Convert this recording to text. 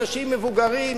אנשים מבוגרים,